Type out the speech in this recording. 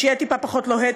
שיהיה טיפה פחות לוהט,